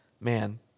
man